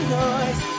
noise